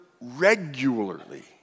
regularly